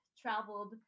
traveled